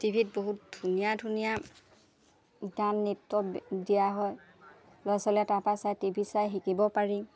T ভিত বহুত ধুনীয়া ধুনীয়া গান নৃত্য দিয়া হয় ল'ৰা ছোৱালীয়ে তাৰপৰা চাই টি ভি চাই শিকিব পাৰি